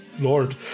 Lord